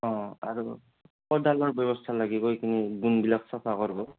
অঁ আৰু কোদালৰ ব্যৱস্থা লাগিব এইখিনি বোনবিলাক চফা কৰ